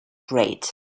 great